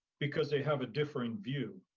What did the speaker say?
because they have a different view.